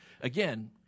Again